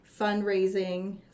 fundraising